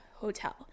hotel